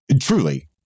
truly